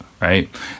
right